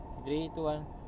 grey tuan